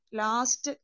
last